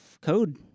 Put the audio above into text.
code